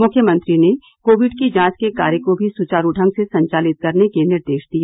मुख्यमंत्री ने कोविड की जांच के कार्य को भी सुचारू ढंग से संचालित करने के निर्देश दिए